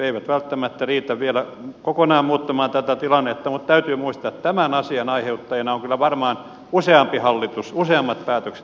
eivät välttämättä riitä vielä kokonaan muuttamaan tätä tilannetta mutta täytyy muistaa että tämän asian aiheuttajana on kyllä varmaan useampi hallitus useammat päätökset pitempiaikaiset